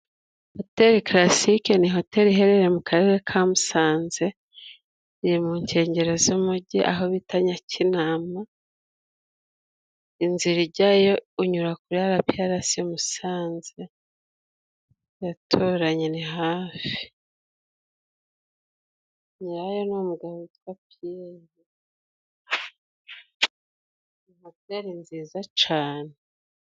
Hoteli Karasiki ni hoteli iherereye mu karere ka Musanze iri mu nkengero z'umujyi aho bita Nyakinama. Inzira ijyayo unyura kuri IPRC Musanze biraturanye ni hafi. Nyirayo ni umugabo witwa Piyeri, ni hoteli nziza cane.